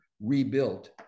rebuilt